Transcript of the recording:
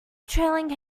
trailing